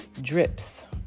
drips